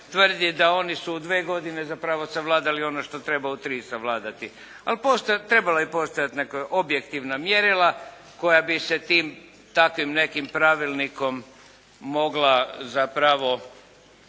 tvrditi da oni su u dvije godine zapravo savladali ono što treba u tri savladati, ali trebalo je postaviti neka objektivna mjerila koja bi se tim takvim nekim pravilnikom mogla zapravo